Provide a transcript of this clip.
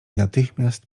natychmiast